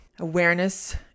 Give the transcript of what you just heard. Awareness